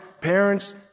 parents